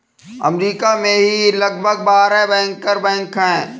अमरीका में ही लगभग बारह बैंकर बैंक हैं